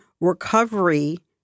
recovery